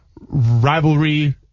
rivalry